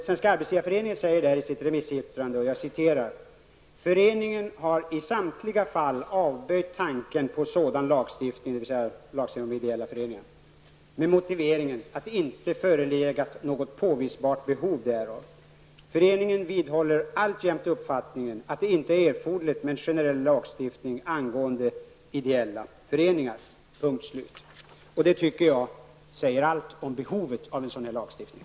Svenska arbetsgivareföreningen sade då i sitt remissyttrande: Föreningen har i samtliga fall avböjt tanken på sådan lagstiftning -- dvs. om ideella föreningar -- med motiveringen att det inte förelegat något påvisbart behov därav. Föreningen vidhåller alltjämt uppfattningen att det inte är erforderligt med en generell lagstiftning angående ideella föreningar. -- Det tycker jag säger allt om behovet av en sådan lagstiftning.